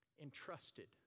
entrusted